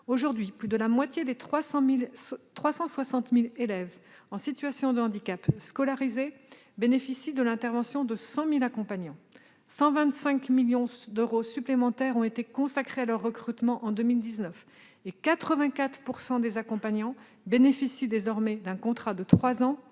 Aujourd'hui, plus de la moitié des 360 000 élèves en situation de handicap scolarisés bénéficient de l'intervention de 100 000 accompagnants. En 2019, 125 millions d'euros supplémentaires ont été consacrés à leur recrutement et 84 % des accompagnants bénéficient désormais d'un contrat de trois